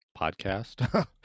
podcast